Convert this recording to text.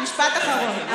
משפט אחרון.